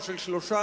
או של שלושה,